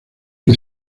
que